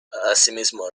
asimismo